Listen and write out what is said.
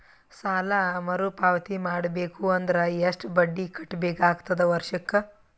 ಸಾಲಾ ಮರು ಪಾವತಿ ಮಾಡಬೇಕು ಅಂದ್ರ ಎಷ್ಟ ಬಡ್ಡಿ ಕಟ್ಟಬೇಕಾಗತದ ವರ್ಷಕ್ಕ?